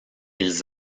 ils